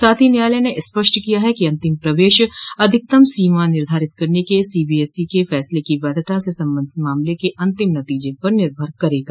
साथ ही न्यायालय ने स्पष्ट किया है कि अंतिम प्रवेश अधिकतम सीमा निर्धारित करने के सीबीएसई के फैसले की वैधता से सबंधित मामले के अंतिम नतीजे पर निभर करेगा